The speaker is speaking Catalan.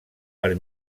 per